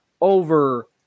over